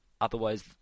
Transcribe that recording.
Otherwise